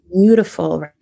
beautiful